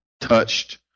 touched